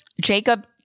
Jacob